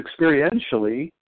experientially